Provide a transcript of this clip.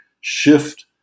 shift